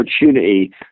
opportunity